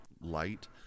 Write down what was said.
light